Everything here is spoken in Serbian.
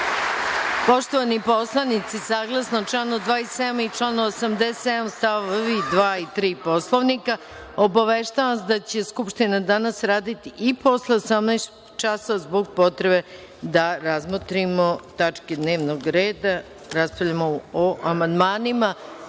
Hvala. Poštovani poslanici, saglasno članu 27. i članu 87. stavovi 2. i 3. Poslovnika, obaveštavam vas da će Skupština danas raditi i posle 18,00 časova zbog potrebe da razmotrimo tačke dnevnog reda, raspravljamo o amandmanima